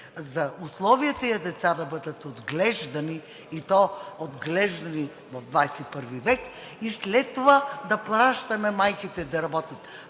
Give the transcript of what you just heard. за условия тези деца да бъдат отглеждани, и то да бъдат отглеждани в ХХI век, и след това да пращаме майките да работят.